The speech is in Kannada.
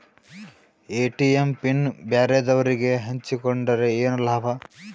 ಎ.ಟಿ.ಎಂ ಪಿನ್ ಬ್ಯಾರೆದವರಗೆ ಹಂಚಿಕೊಂಡರೆ ಏನು ಲಾಭ?